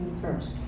first